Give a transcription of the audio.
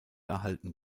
erhalten